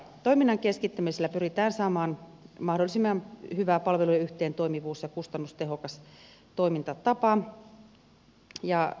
toiminnan keskittämisellä pyritään saamaan mahdollisimman hyvä palvelujen yhteentoimivuus ja kustannustehokas toimintatapa